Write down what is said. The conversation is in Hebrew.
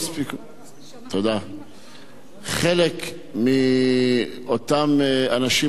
חלק מאותם אנשים,